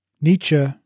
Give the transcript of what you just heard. Nietzsche